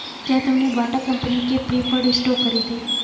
क्या तुमने Bata company के प्रिफर्ड स्टॉक खरीदे?